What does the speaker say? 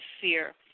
fear